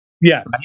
Yes